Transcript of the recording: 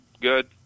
Good